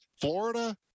Florida